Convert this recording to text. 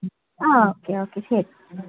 ആ okay okay ശരി